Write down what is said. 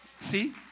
See